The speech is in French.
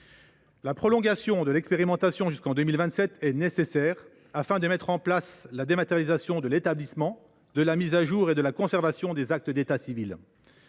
La prolongation de l’expérimentation jusqu’en 2027 est nécessaire afin de mettre en place la dématérialisation de l’établissement, de la mise à jour et de la conservation des actes d’état civil.